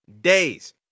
days